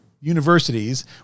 universities